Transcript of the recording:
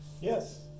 Yes